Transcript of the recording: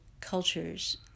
cultures